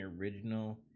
original